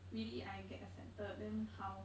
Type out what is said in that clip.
really I get accepted then how